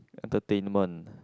entertainment